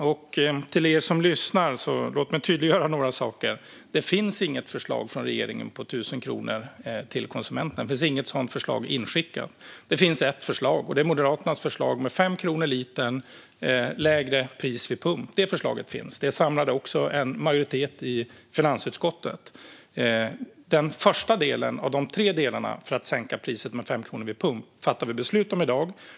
Fru talman! Låt mig tydliggöra några saker för er som lyssnar. Det finns inget förslag från regeringen om 1 000 kronor till konsumenterna. Det finns inget sådant förslag inskickat. Det finns ett förslag, och det är Moderaternas förslag om 5 kronor lägre pris per liter vid pump. Det förslaget finns, och det samlade också en majoritet i finansutskottet. Den första delen av de tre delarna för att sänka priset med 5 kronor litern vid pump fattar vi beslut om i dag.